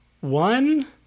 one